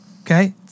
Okay